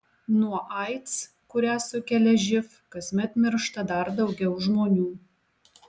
nuo aids kurią sukelia živ kasmet miršta dar daugiau žmonių